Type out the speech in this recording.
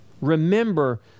Remember